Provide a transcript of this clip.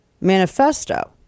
manifesto